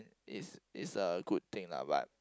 is is a good thing lah but